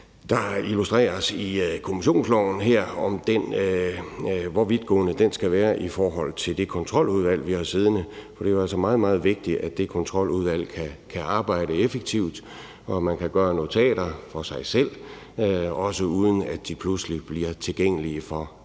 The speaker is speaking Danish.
der illustreres i kommissionsloven her, skal være i forhold til det Kontroludvalg, som vi har siddende. For det er jo altså meget, meget vigtigt, at det Kontroludvalg kan arbejde effektivt, og at man kan gøre notater for sig selv, også uden at de pludselig bliver tilgængelige for andre